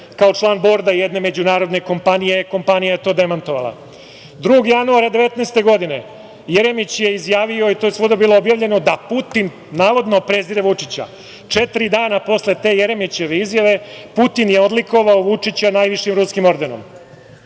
kao član borda jedne međunarodne kompanije, a kompanija je to demantovala. Jeremić je 2. januara 2019. godine izjavio, i to je svuda bilo objavljeno, da Putin, navodno, prezire Vučića. Četiri dana posle te Jeremićeve izjave Putin je odlikovao Vučića najvišim ruskim ordenom.